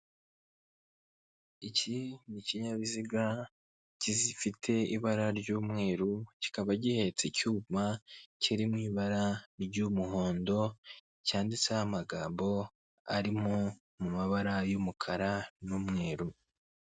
Iki ni ikinyabiziga kizifite ibara ry'umweru kikaba gihetse icyuma, kiri mu ibara ry'umuhondo cyanditseho amagambo arimo mabara y'umukara n'umweru.